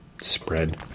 spread